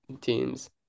teams